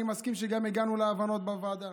אני מסכים שגם הגענו להבנות בוועדה